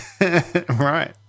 Right